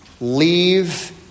leave